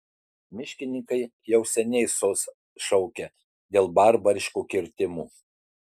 miškininkai jau seniai sos šaukia dėl barbariškų kirtimų